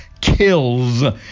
kills